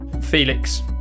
Felix